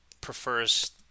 prefers